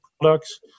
products